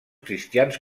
cristians